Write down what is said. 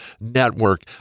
network